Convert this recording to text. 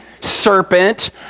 serpent